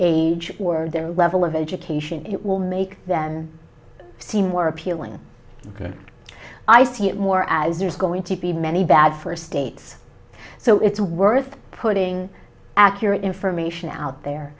age or their level of education it will make them seem more appealing i see it more as there's going to be many bad for states so it's worth putting accurate information out there